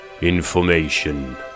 Information